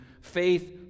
faith